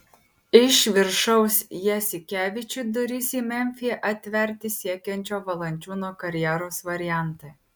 iš viršaus jasikevičiui duris į memfį atverti siekiančio valančiūno karjeros variantai